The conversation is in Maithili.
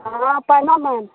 हॅं अपर्णा मैम